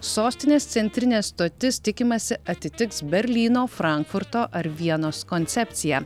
sostinės centrinė stotis tikimasi atitiks berlyno frankfurto ar vienos koncepciją